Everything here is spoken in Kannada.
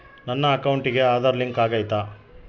ನನ್ನ ಅಕೌಂಟಿಗೆ ಆಧಾರ್ ಲಿಂಕ್ ಆಗೈತಾ?